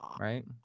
right